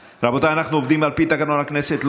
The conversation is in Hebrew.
רבותיי, אנחנו עובדים על פי תקנון הכנסת.